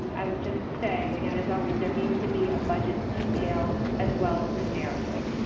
i would just say, and and as always, there needs to be a budget detail as well as a narrative.